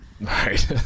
Right